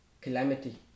calamity